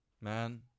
man